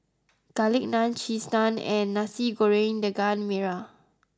Garlic Naan Cheese Naan and Nasi Goreng Daging Merah